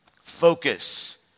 focus